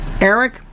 Eric